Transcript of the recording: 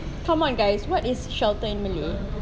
come on guys what is shelter in malay